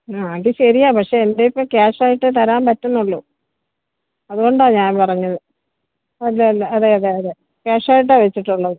ആ എങ്കിൽ ശരിയാ പക്ഷെ എന്റെ ഇപ്പോൾ ക്യാഷായിട്ടേ തരാന് പറ്റുന്നുളളൂ അതുകൊണ്ടാ ഞാന് പറഞ്ഞത് അല്ലല്ല അതെയതെയതെ ക്യാഷായിട്ടാണ് വെച്ചിട്ടുള്ളത്